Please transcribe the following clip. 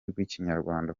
rw’ikinyarwanda